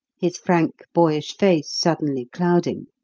his frank, boyish face suddenly clouding.